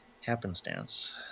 happenstance